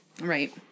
Right